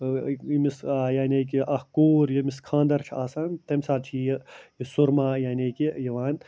یٔمِس یعنی کہِ اَکھ کوٗر یٔمِس خانٛدَر چھِ آسان تَمہِ ساتہٕ چھِ یہِ یہِ سۅرما یعنی کہِ یِوان